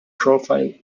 profile